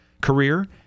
career